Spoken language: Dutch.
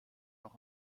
nog